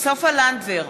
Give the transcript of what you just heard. סופה לנדבר,